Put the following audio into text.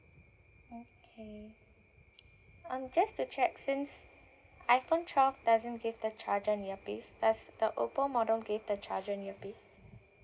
okay um just to check since iphone twelve doesn't give the charger and earpiece does the Oppo model give the charger and earpiece